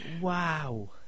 Wow